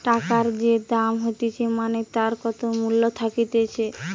টাকার যে দাম হতিছে মানে তার কত মূল্য থাকতিছে